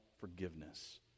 forgiveness